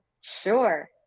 sure